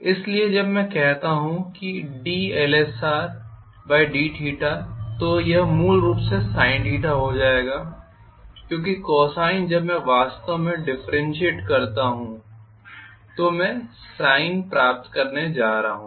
इसलिए जब मैं कहता हूं dLsrdθ तो यह मूल रूप से sinθ हो जाएगा क्योंकि cosine जब मैं वास्तव में डिफरेन्षियियेट करता हू मैं sin प्राप्त करने जा रहा हूँ